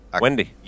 Wendy